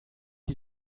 die